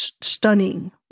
stunning